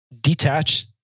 detach